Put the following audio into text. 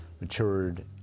matured